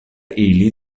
ili